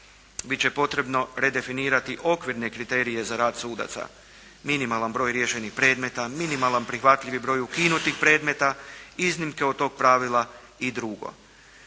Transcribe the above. Bit će potrebno redefinirati okvirne kriterije za rad sudaca, minimalan broj riješenih predmeta, minimalan prihvatljivi broj ukinutih predmeta, iznimke od tog pravila i drugo.